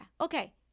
Okay